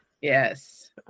yes